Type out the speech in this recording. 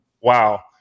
Wow